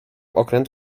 okręt